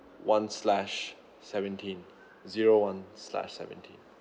one slash seventeen zero one slash seventeen